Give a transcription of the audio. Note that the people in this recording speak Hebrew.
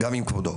גם עם כבודו.